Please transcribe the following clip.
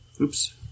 Oops